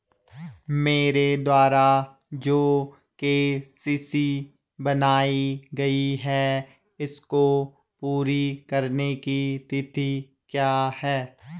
मेरे द्वारा जो के.सी.सी बनवायी गयी है इसको पूरी करने की तिथि क्या है?